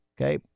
Okay